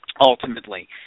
ultimately